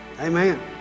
Amen